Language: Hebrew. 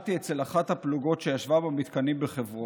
ישנתי אצל אחת הפלוגות שישבה במתקנים בחברון.